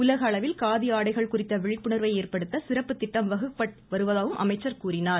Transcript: உலக அளவில் காதி ஆடைகள் குறித்த விழிப்புணர்வை ஏற்படுத்த சிறப்பு திட்டம் வகுக்கப்பட்டு வருவதாகவும் அமைச்சர் கூறினார்